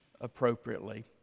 appropriately